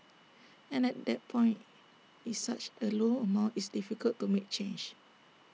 and at that point it's such A low amount it's difficult to make change